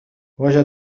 وجد